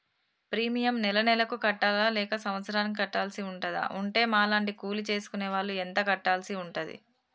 Premium నెల నెలకు కట్టాలా లేక సంవత్సరానికి కట్టాల్సి ఉంటదా? ఉంటే మా లాంటి కూలి చేసుకునే వాళ్లు ఎంత కట్టాల్సి ఉంటది?